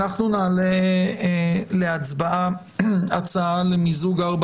אנחנו נעלה להצבעה הצעה למיזוג ארבע